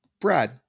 Brad